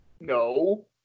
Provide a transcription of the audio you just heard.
No